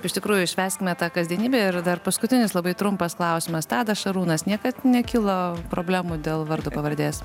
iš tikrųjų švęskime tą kasdienybę ir dar paskutinis labai trumpas klausimas tadas šarūnas niekad nekilo problemų dėl vardo pavardės